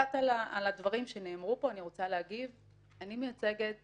אני רוצה להגיב קצת לדברים שנאמרו פה.